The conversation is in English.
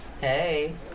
Hey